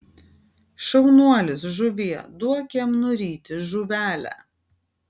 šaunuolis žuvie duok jam nuryti žuvelę